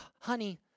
honey